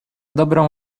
dobrą